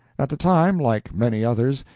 at the time, like many others,